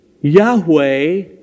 Yahweh